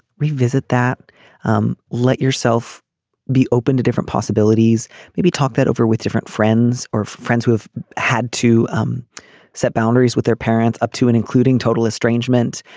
revisit that um let yourself be open to different possibilities maybe talk that over with different friends or friends who have had to um set boundaries with their parents up to and including total estrangement